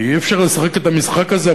כי אי-אפשר לשחק את המשחק הזה.